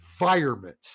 environment